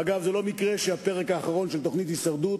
אגב, זה לא מקרה שהפרק האחרון של תוכנית "הישרדות"